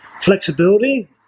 flexibility